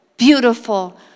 beautiful